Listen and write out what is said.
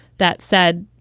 that said,